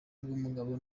bw’umugabo